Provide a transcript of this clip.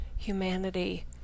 humanity